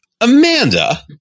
Amanda